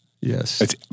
Yes